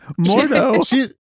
Mordo